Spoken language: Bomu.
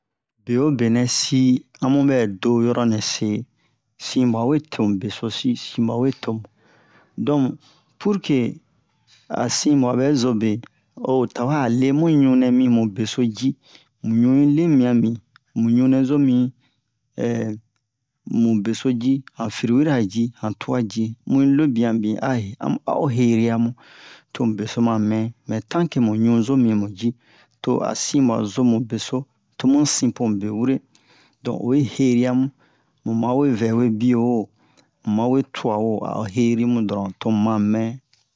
beobenɛ si amubɛ do yoronɛ se sinbua we tomu besosi sinbua we tomu donc pourque a sinbua bɛzobe o tawɛ'a lemu ɲunɛ mimu beso ji mu ɲu'i lemia mi mu ɲunɛzo mi mu beso ji han fruit ra ji han tua ji mu'i lobia bin ahe amu a'o heria mu tomu beso mamɛ mɛ tant que mu zomi muji to'a sinbua zomu beso tomu sinpomu bewure don oyi heriamu mu mawe vɛwe bio wo muma we tua wo a'o herimu donron tomu mamɛ